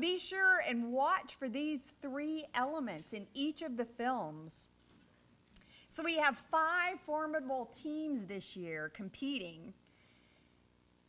be sure and watch for these three elements in each of the films so we have five formidable teams this year competing